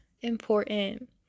important